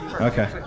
Okay